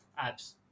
apps